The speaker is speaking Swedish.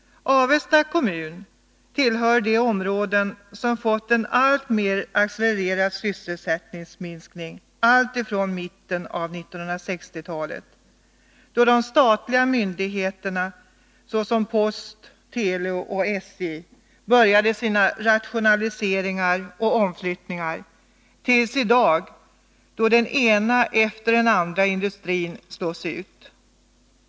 Avesta kommun tillhör de områden som fått en alltmer accelererande sysselsättningsminskning allt sedan mitten av 1960 talet, då de statliga myndigheterna — såsom post, tele och SJ — började med sina rationaliseringar och omflyttningar, och fram till i dag då den ena efter den andra industrin slås ut.